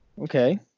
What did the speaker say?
Okay